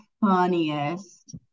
funniest